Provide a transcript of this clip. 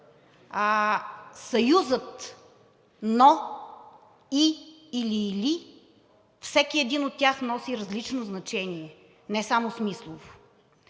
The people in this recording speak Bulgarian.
Съюзът „но“, „и“ и „или“ – всеки един от тях носи различно значение, не само смислово.